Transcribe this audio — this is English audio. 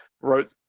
wrote